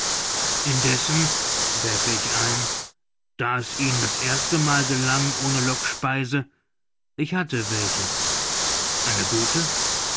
indessen werfe ich ein da es ihnen das erste mal gelang ohne lockspeise ich hatte welche eine gute